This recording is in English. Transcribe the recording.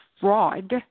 fraud